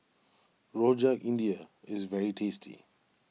Rojak India is very tasty